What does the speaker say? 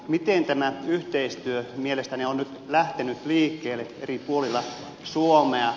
miten tämä yhteistyö mielestänne on nyt lähtenyt liikkeelle eri puolilla suomea